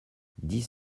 dix